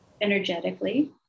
energetically